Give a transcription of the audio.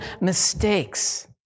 mistakes